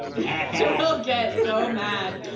ack! i will get so mad,